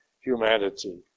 humanity